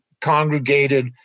congregated